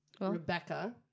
Rebecca